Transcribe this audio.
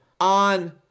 on